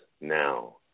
now